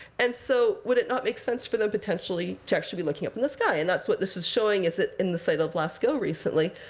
and so would it not make sense for them, potentially, to actually be looking up in the sky? and that's what this is showing, is that in the site of lascaux, recently,